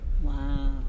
Wow